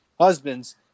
husbands